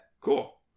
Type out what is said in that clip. Cool